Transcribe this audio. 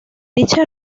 dicha